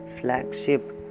flagship